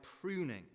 pruning